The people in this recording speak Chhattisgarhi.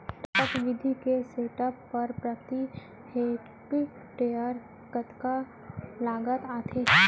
टपक विधि के सेटअप बर प्रति हेक्टेयर कतना लागत आथे?